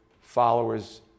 followers